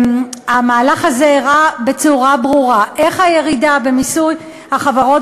והמהלך הזה הראה בצורה ברורה איך הירידה במיסוי החברות